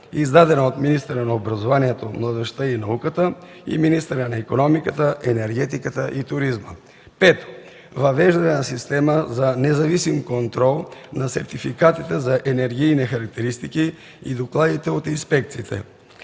издадена от министъра на образованието, младежта и науката и министъра на икономиката, енергетиката и туризма. Пето, въвеждане на система за независим контрол на сертификатите за енергийни характеристики и докладите от инспекциите.